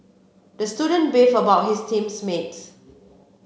the student beefed about his team mates